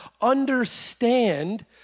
Understand